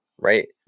right